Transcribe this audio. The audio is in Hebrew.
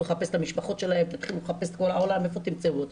לחפש את המשפחות שלהם ואיפה תמצאו אותן.